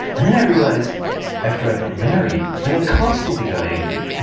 and then i realized after i got married, that i constantly got angry.